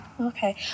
Okay